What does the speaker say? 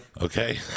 Okay